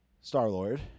Star-Lord